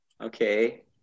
Okay